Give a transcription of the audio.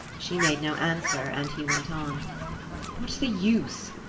she made no answer, and he went on what's the use?